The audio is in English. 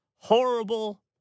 horrible